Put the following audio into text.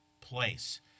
place